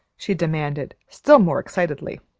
she demanded, still more excitedly.